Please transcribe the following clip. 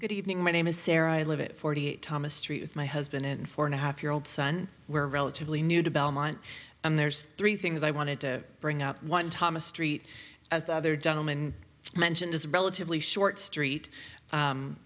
good evening my name is sarah i live it forty eight thomas street with my husband and four and a half year old son we're relatively new to belmont and there's three things i wanted to bring up one thomas street as the other gentleman mentioned is a relatively short street